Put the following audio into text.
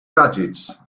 gadgets